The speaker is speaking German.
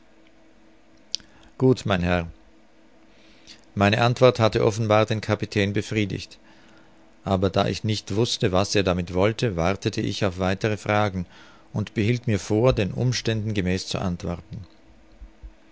gut mein herr meine antwort hatte offenbar den kapitän befriedigt aber da ich nicht wußte was er damit wollte wartete ich auf weitere fragen und behielt mir vor den umständen gemäß zu antworten